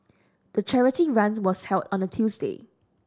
the charity run was held on a Tuesday